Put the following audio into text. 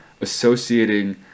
associating